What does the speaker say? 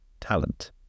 talent